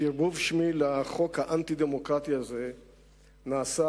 שרבוב שמי לחוק האנטי-דמוקרטי הזה נעשה